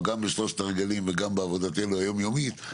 גם בשלושת הרגלים וגם בעבודתנו היום יומית,